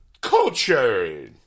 culture